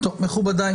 מכובדי,